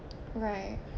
right